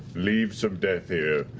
leaves of death here,